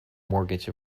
mortgage